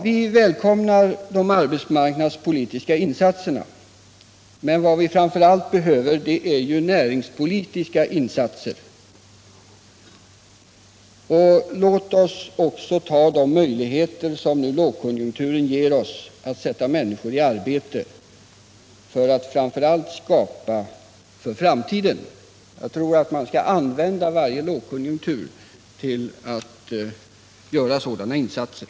Vi välkomnar de arbetsmarknadspolitiska insatserna, men vad vi framför allt behöver är näringspolitiska insatser. Låt oss ta de möjligheter som lågkonjunkturen ger oss att sätta människor i arbete för att framför allt skapa någonting för framtiden. Jag tror att man skall använda varje lågkonjunktur till att göra sådana insatser.